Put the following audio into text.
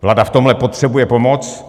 Vláda v tomhle potřebuje pomoc.